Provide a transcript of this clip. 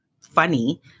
funny